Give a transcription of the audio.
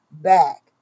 back